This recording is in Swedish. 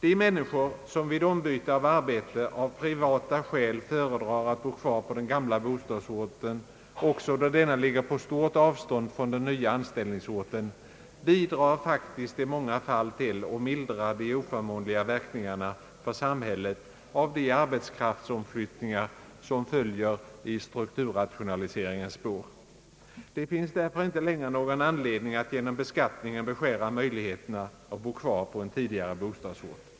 De människor som vid ombyte av arbete av privata skäl föredrar att bo kvar på den gamla bostadsorten, också då denna ligger på stort avstånd från den nya anställningsorten, bidrar faktiskt i många fall till att mildra de oförmånliga verkningarna för samhället av de arbetskraftsomflyttningar som följer i strukturrationaliseringens spår. Det finns därför inte längre någon anledning att genom beskattningen beskära möjligheterna att bo kvar på en tidigare bostadsort.